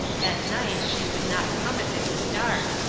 at night she would not come if it was dark,